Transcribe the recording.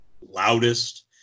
loudest